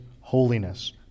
holiness